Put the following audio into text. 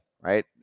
Right